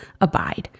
abide